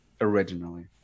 originally